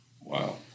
Wow